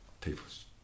people's